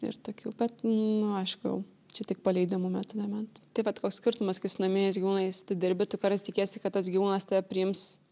ir tokių bet nu aišku jau čia tik paleidimo metu nebent tai vat koks skirtumas kai su naminiais gyvūnais tu dirbi tu kartais tikiesi kad tas gyvūnas tave priims